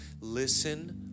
Listen